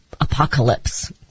apocalypse